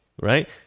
right